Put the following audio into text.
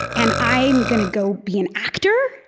and i'm gonna go be an actor?